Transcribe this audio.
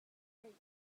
tlaih